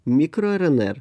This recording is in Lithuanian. mikro rnr